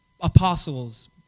apostles